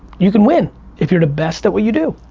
you can win if you're the best at what you do.